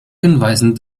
hinweisen